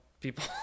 people